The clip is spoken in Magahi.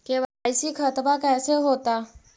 के.वाई.सी खतबा कैसे होता?